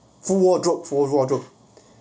full wardrobe full wardrobe